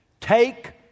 Take